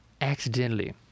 accidentally